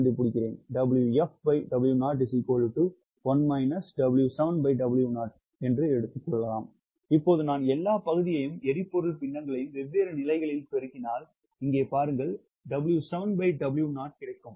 இப்போது எங்கே இப்போது நான் எல்லா பகுதியையும் எரிபொருள் பின்னங்களையும் வெவ்வேறு நிலைகளில் பெருக்கினால் இங்கே பாருங்கள் W7W0 கிடைக்கும்